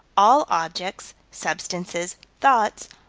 all objects, substances, thoughts,